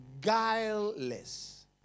guileless